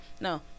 no